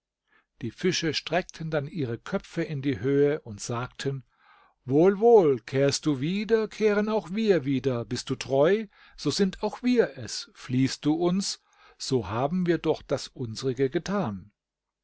die fische streckten dann ihre köpfe in die höhe und sagten wohl wohl kehrst du wieder kehren auch wir wieder bist du treu so sind auch wir es fliehst du uns so haben wir doch das unsrige getan